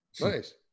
Nice